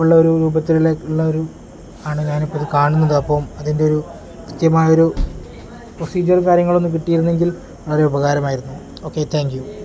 ഉള്ള ഒരു രൂപത്തിലുള്ള ഒരു ആണ് ഞാൻ ഇപ്പം അത് കാണുന്നത് അപ്പം അതിൻ്റെ ഒരു കത്യമായ ഒരു പ്രൊസീജിയർ കാര്യങ്ങൾ ഒന്ന് കിട്ടിയിരുന്നെങ്കിൽ വളരെ ഉപകാരമായിരുന്നു ഓക്കെ താങ്ക് യു